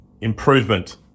improvement